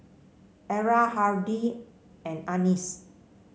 Era Hardy and Annis